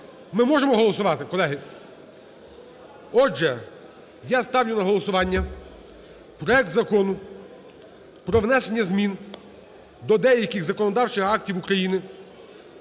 Ми зможемо голосувати, колеги? Отже, я ставлю на голосування проект Закону про внесення змін до деяких законодавчих актів України